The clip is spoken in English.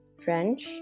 French